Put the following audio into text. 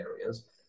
areas